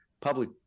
public